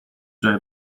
جای